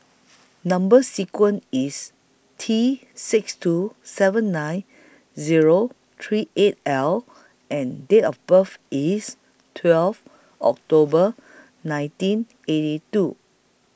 Number sequence IS T six two seven nine Zero three eight L and Date of birth IS twelve October nineteen eighty two